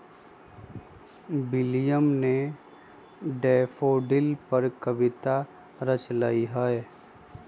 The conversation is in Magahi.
विलियम ने डैफ़ोडिल पर कविता रच लय है